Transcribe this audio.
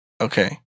Okay